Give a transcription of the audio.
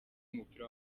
w’umupira